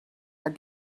are